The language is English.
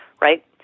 right